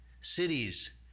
Cities